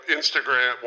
Instagram